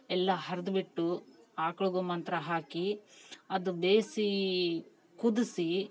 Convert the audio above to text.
ಎಲ್ಲ ಹರ್ದು ಬಿಟ್ಟು ಆಕಳುಗೋಮಂತ್ರ ಹಾಕಿ ಅದು ಬೇಯಿಸೀ ಕುದಿಸಿ